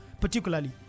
particularly